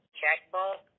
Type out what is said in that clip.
checkbook